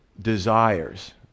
desires